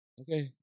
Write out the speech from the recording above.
Okay